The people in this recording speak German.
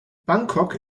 bangkok